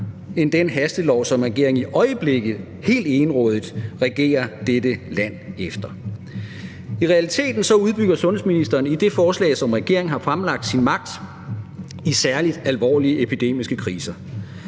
end den hastelov, som regeringen i øjeblikket helt egenrådigt regerer dette land efter. I realiteten udbygger sundhedsministeren i det forslag, som regeringen har fremlagt, sin magt i særlig alvorlige epidemiske kriser.